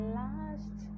last